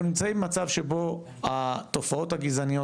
אנחנו נמצאים במצב שבו התופעות הגזעניות